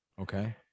Okay